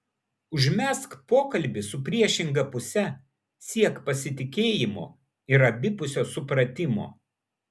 užmegzk pokalbį su priešinga puse siek pasitikėjimo ir abipusio supratimo